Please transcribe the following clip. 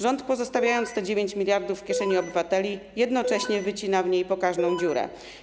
Rząd, pozostawiając te 9 mld w kieszeni obywateli, jednocześnie wycina w niej pokaźną dziurę.